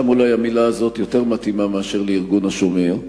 שם אולי המלה הזאת יותר מתאימה מאשר לארגון "השומר",